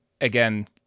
again